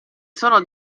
sono